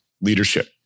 leadership